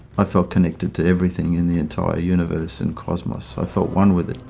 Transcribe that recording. i felt connected to everything in the entire universe and cosmos, i felt one with it.